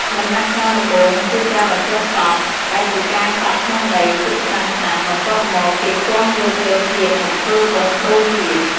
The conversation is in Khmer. ដំណាក់កាលដំបូង គឺការបញ្ចុះសព ដែលជាការកប់ក្នុងដី ទុកច្រើនឆ្នាំ បន្ទាប់មក គេគាស់លើកយកធាតុមកធ្វើបុណ្យបូជា។